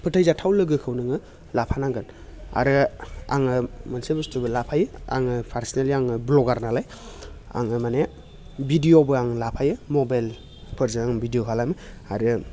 फोथायजाथाव लोगोखौ नोङो लाफानांगोन आरो आङो मोनसे बुस्थुबो लाफायो आङो पार्सनेलि आङो भ्ल'गार नालाय आङो माने भिडिअबो आं लाफायो मबाइलफोरजों आं भिडिअ खालामो आरो